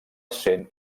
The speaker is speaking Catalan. sent